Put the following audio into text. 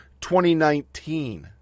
2019